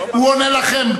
הוא עונה לכם,